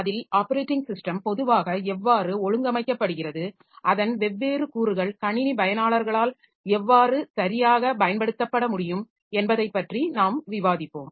அதில் operating system பொதுவாக எவ்வாறு ஒழுங்கமைக்கப்படுகிறது அதன் வெவ்வேறு கூறுகள் கணினி பயனாளர்களால் எவ்வாறு சரியாக பயன்படுத்தப்படமுடியும் என்பதைப் பற்றி நாம் விவாதிப்போம்